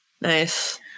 Nice